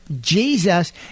Jesus